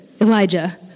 Elijah